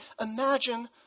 Imagine